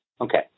Okay